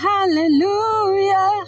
Hallelujah